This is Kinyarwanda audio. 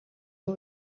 uwo